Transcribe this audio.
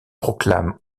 proclame